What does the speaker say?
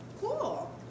Cool